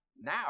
now